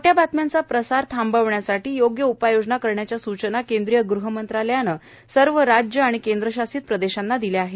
खोटया बातम्यांचा प्रसार थांबवण्यासाठी योग्य उपाययोजना करण्याच्या सुचना केंद्रीय गृहमंत्रालयानं सर्व राज्यं आणि केंद्रशासित प्रदेशांना दिल्या आहेत